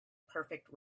perfect